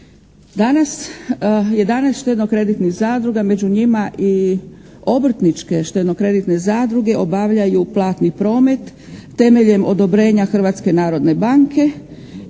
Danas 11 štedno-kreditnih zadruga, među njima i obrtničke štedno-kreditne zadruge obavljaju platni promet temeljem odobrenja Hrvatske narodne banke